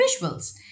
visuals